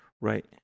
Right